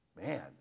Man